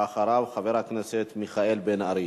ואחריו, חבר הכנסת מיכאל בן-ארי.